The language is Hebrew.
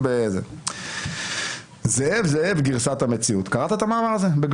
יש פה העצמת כוחה של הרשות המבצעת תוך רמיסה של הרשות השופטת